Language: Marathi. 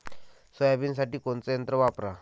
सोयाबीनसाठी कोनचं यंत्र वापरा?